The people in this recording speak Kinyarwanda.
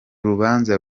rubanza